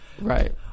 Right